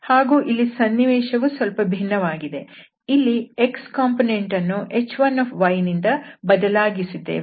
ಹಾಗೂ ಇಲ್ಲಿ ಸನ್ನಿವೇಶವು ಸ್ವಲ್ಪ ಭಿನ್ನವಾಗಿದೆ ಇಲ್ಲಿ x ಕಂಪೋನೆಂಟ್ ಅನ್ನು h1ನಿಂದ ಬದಲಾಯಿಸಿದ್ದೇವೆ